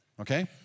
Okay